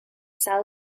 sal